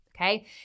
Okay